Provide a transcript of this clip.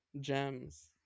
gems